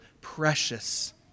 precious